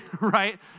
right